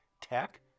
tech